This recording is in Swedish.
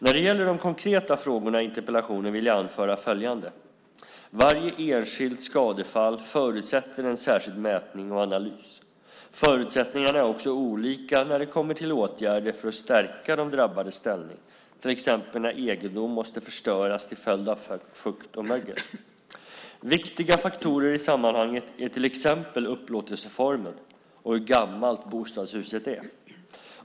När det gäller de konkreta frågorna i interpellationen vill jag anföra följande. Varje enskilt skadefall förutsätter en särskild mätning och analys. Förutsättningarna är också olika när det kommer till åtgärder för att stärka de drabbades ställning, till exempel när egendom måste förstöras till följd av fukt och mögel. Viktiga faktorer i sammanhanget är till exempel upplåtelseformen och hur gammalt bostadshuset är.